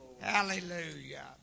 Hallelujah